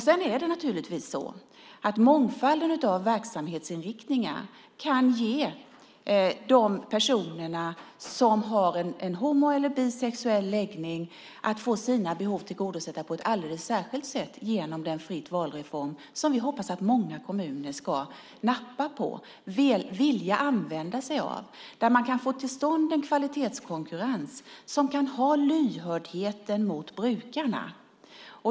Det är naturligtvis så att mångfalden av verksamhetsinriktningar kan ge de personer som har en homo eller bisexuell läggning sina behov tillgodosedda på ett alldeles särskilt sätt genom den frittvalreform som vi hoppas att många kommuner ska nappa på, vilja använda sig av. Där kan man få till stånd en kvalitetskonkurrens som kan vara lyhörd mot brukarna.